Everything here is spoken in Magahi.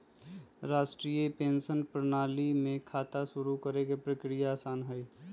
राष्ट्रीय पेंशन प्रणाली में खाता शुरू करे के प्रक्रिया आसान हई